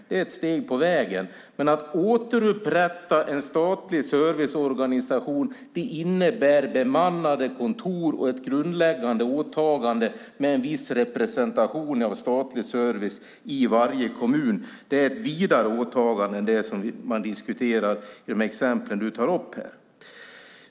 Det är ett steg på vägen, men att återupprätta en statlig serviceorganisation innebär bemannade kontor och ett grundläggande åtagande med en viss representation av statlig service i varje kommun. Det är ett vidare åtagande än det som diskuteras i de exempel du tar upp.